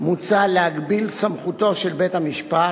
מוצע להגביל סמכותו של בית-המשפט,